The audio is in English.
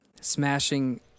smashing